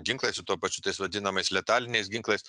ginklais ir tuo pačiu tais vadinamais letaliniais ginklais